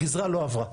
הגזרה לא עברה.